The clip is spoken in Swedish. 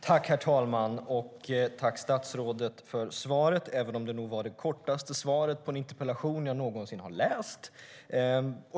Herr talman! Tack, statsrådet, för svaret, även om det nog var det kortaste svaret på en interpellation jag någonsin har hört.